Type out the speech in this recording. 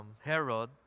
Herod